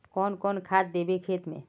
कौन कौन खाद देवे खेत में?